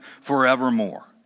forevermore